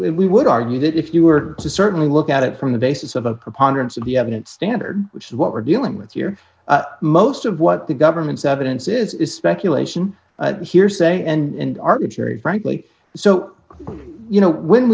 we would argue that if you were to certainly look at it from the basis of a preponderance of the evidence standard which is what we're dealing with here most of what the government's evidence is is speculation hearsay and arbitrary frankly so you know when